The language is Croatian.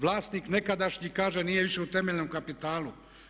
Vlasnik nekadašnji kaže nije više u temeljnom kapitalu.